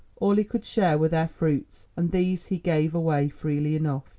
all he could share were their fruits, and these he gave away freely enough.